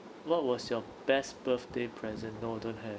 what was your best birthday present no don't have